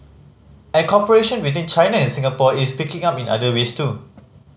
and cooperation between China and Singapore is picking up in other ways too